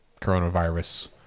coronavirus